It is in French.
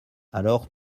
alors